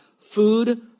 food